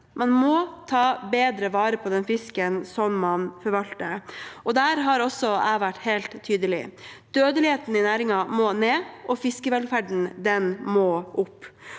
Man må ta bedre vare på den fisken man forvalter. Der har også jeg vært helt tydelig: Dødeligheten i næringen må ned, og fiskevelferden må opp.